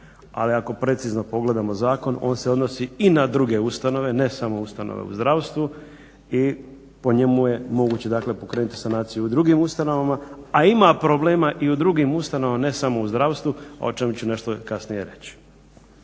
ali ako precizno pogledamo zakon on se odnosi i na druge ustanove, ne samo ustanove u zdravstvu i po njemu je moguće pokrenuti sanaciju u drugim ustanovama, a ima problema i u drugim ustanovama, ne samo u zdravstvu o čemu ću nešto kasnije reći.